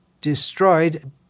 destroyed